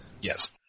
Yes